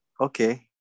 okay